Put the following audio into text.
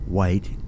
White